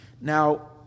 now